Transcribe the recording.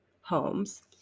homes